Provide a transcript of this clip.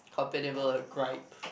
compatible ah griped